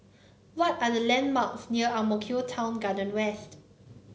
what are the landmarks near Ang Mo Kio Town Garden West